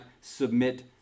submit